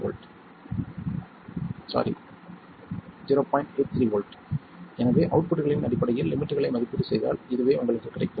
83 V எனவே அவுட்புட்களின் அடிப்படையில் லிமிட்களை மதிப்பீடு செய்தால் இதுவே உங்களுக்குக் கிடைக்கும்